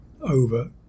over